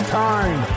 time